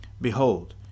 Behold